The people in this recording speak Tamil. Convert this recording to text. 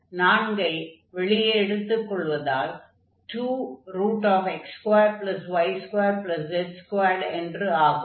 நான்கை வெளியே எடுத்துக் கொள்வதால் 2x2y2z2 என்று ஆகும்